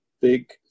big